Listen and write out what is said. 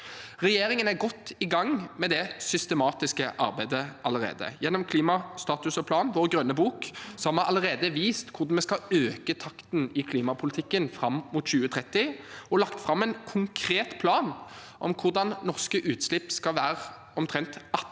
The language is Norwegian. Regjeringen er godt i gang med det systematiske arbeidet allerede. Gjennom klimastatus og -plan, vår grønne bok, har vi allerede vist hvordan vi skal øke takten i klimapolitikken fram mot 2030 og lagt fram en konkret plan for hvordan norske utslipp skal være omtrent 18